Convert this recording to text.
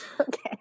Okay